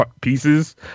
pieces